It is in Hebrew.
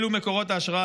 אלה מקורות ההשראה,